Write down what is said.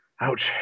Ouch